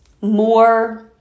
more